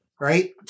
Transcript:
right